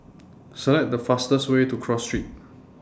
Select The fastest Way to Cross Street